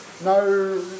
No